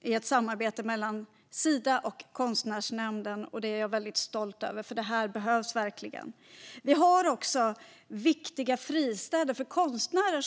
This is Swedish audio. i ett samarbete mellan Sida och Konstnärsnämnden, vilket jag är stolt över, för detta behövs verkligen. Sverige har också viktiga fristäder för konstnärer.